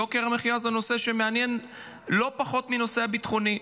יוקר המחיה זה נושא שמעניין לא פחות מהנושא הביטחוני.